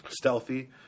Stealthy